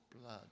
blood